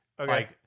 Okay